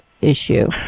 issue